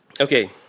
Okay